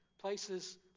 Places